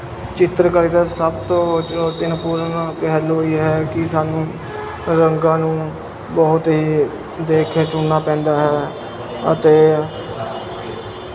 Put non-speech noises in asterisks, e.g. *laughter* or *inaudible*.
ਚਿੱਤਰਕਾਰੀ ਦਾ ਸਭ ਤੋਂ *unintelligible* ਹੱਲ ਓਹੀ ਹੈ ਕੀ ਸਾਨੂੰ ਰੰਗਾਂ ਨੂੰ ਬਹੁਤ ਹੀ ਦੇਖ ਕੇ ਚੁਣਨਾ ਪੈਂਦਾ ਹੈ ਅਤੇ